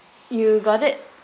you got it